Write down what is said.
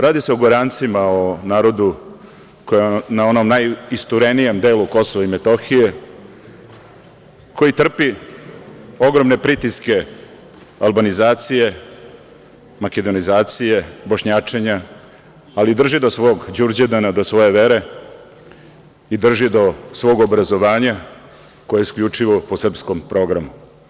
Radi se o Gorancima, o narodu koji je na onom najisturenijem delu Kosova i Metohije, koji trpi ogromne pritiske albanizacije, makedonizacije, bošnjačenja, ali drži do svog Đurđevdana, do svoje vere i drži do svog obrazovanja koje je isključivo po srpskom programu.